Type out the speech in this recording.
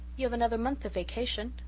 you have another month of vacation.